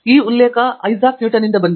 ಇಲ್ಲಿ ಉಲ್ಲೇಖ ಇಸಾಕ್ ನ್ಯೂಟನ್ನಿಂದ ಬಂದಿದೆ